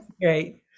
Great